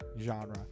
genre